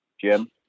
Jim